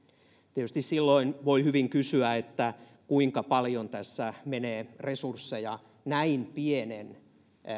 tietysti silloin voi hyvin kysyä kuinka paljon tässä menee resursseja näin pienen